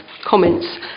comments